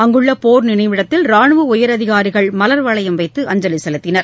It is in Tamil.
அங்குள்ளபோர் நினைவிடத்தில் ரானுவஉயரதிகாரிகள் மலர்வளையம் வைத்து அஞ்சலிசெலுத்தினர்